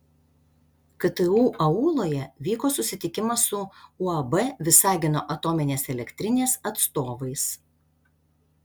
ktu auloje vyko susitikimas su uab visagino atominės elektrinės atstovais